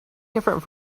different